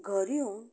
घरा येवन